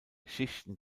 schichten